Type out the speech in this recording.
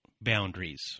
boundaries